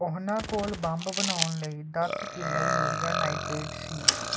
ਉਨ੍ਹਾਂ ਕੋਲ ਬੰਬ ਬਣਾਉਣ ਲਈ ਦਸ ਕਿਲੋ ਯੂਰੀਆ ਨਾਈਟ੍ਰੇਟ ਸੀ